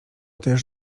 też